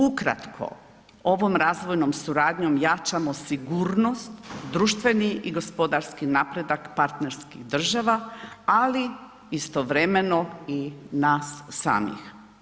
Ukratko, ovom razvojnom suradnjom jačamo sigurnost društveni i gospodarski napredak partnerskih država, ali istovremeno i nas samih.